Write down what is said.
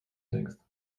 denkst